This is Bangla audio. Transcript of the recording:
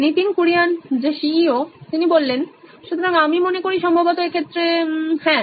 Nitin Kurian C O O নোইন ইলেকট্রনিক্স সুতরাং আমি মনে করি সম্ভবত এ ক্ষেত্রে হ্যাঁ